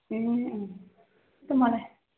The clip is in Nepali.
ए अँ त्यही त मलाई